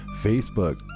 Facebook